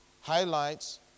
highlights